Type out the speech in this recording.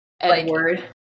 Edward